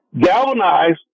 galvanized